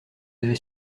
avait